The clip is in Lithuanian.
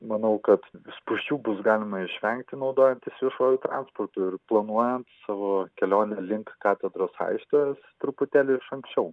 manau kad spūsčių bus galima išvengti naudojantis viešuoju transportu ir planuojant savo kelionę link katedros aikštės truputėlį iš anksčiau